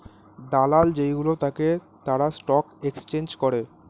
দালাল যেই গুলো থাকে তারা স্টক এক্সচেঞ্জ করে